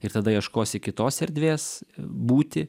ir tada ieškosi kitos erdvės būti